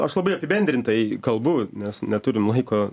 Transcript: aš labai apibendrintai kalbu nes neturim laiko